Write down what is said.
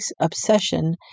obsession